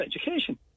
education